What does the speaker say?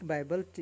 Bible